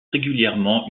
régulièrement